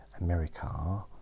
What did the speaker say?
America